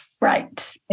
Right